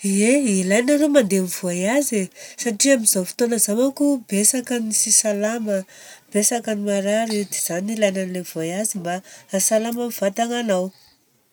Ie, ilaina aloha mandeha mi-voyage e. Satria amn'izao fotoana izao manko betsaka tsy salama, betsaka ny marary. Ohatra izany ilaina ny voyage mba salama ny vatagna anao.